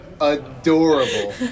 adorable